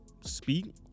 speak